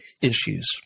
issues